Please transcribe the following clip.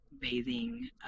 bathing